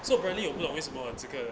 so apparently 又不懂为什么这个